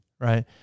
right